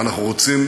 ואנחנו רוצים